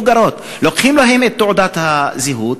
לוקחים להן את תעודת הזהות,